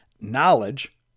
knowledge